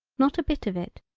not a bit of it,